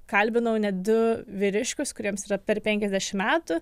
kalbinau net du vyriškius kuriems yra per penkiasdešim metų